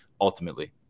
ultimately